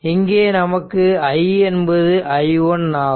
இங்கே நமக்கு i என்பது i1 ஆகும்